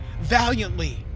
valiantly